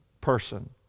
person